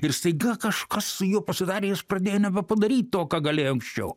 ir staiga kažkas su juo pasidarė jis pradėjo nebe padaryt to ką galėjo anksčiau